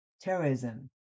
terrorism